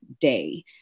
Day